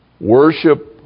worship